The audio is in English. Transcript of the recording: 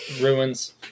ruins